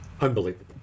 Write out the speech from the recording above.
unbelievable